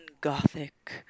gothic